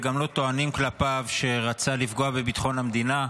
וגם לא טוענים כלפיו שרצה לפגוע בביטחון המדינה,